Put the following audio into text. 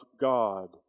God